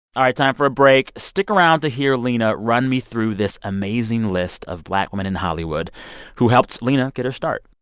time for a break. stick around to hear lena run me through this amazing list of black women in hollywood who helped lena get her start.